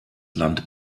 land